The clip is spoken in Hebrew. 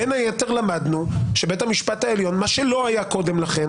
בין היתר למדנו שבית המשפט העליון מה שלא היה קודם לכן